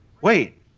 Wait